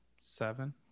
Seven